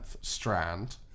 strand